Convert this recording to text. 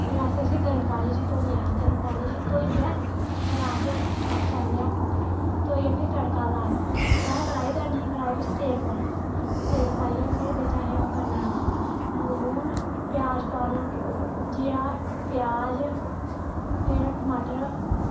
फेर अस उस्सी गर्म पानी च धोन्ने आं गरम पानी च धोइयै फिर अस ओह् करनेआं धोइयै फिर तड़का लाना फ्ही असें कड़ाही धरनी कड़ाही बिच्च तेल पाना तेल पाइयै फिर बिच्च असें ओह् करना लून प्याज पाना जीरा प्याज फिर टमाटर